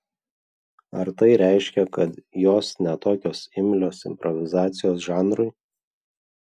ar tai reiškia kad jos ne tokios imlios improvizacijos žanrui